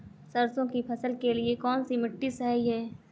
सरसों की फसल के लिए कौनसी मिट्टी सही हैं?